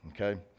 okay